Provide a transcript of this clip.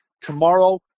Tomorrow